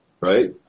right